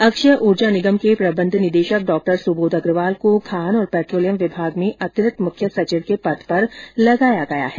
अक्षय उर्जा निगम के प्रबंध निदेशक डॉ सुबोध अग्रवाल को खान और पेट्रोलियम विभाग में अतिरिक्त मुख्य सचिव के पद पर लगाया गया है